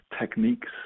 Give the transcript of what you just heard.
techniques